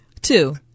two